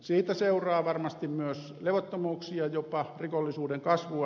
siitä seuraa varmasti myös levottomuuksia jopa rikollisuuden kasvua